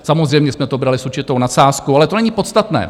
Samozřejmě jsme to brali s určitou nadsázkou, ale to není podstatné.